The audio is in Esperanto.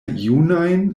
junajn